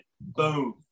Boom